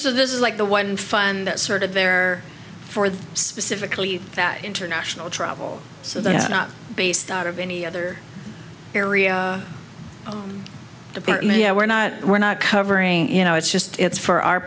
so this is like the one fund that sort of there for the specifically that international travel so they're not based out of any other area to me yeah we're not we're not covering you know it's just it's for our